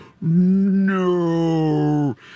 no